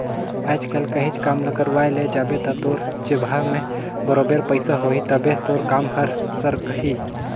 आएज काएल काहींच काम ल करवाए ले जाबे ता तोर जेबहा में बरोबेर पइसा होही तबे तोर काम हर सरकही